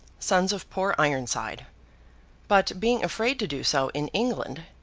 sons of poor ironside but, being afraid to do so in england,